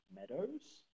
Meadows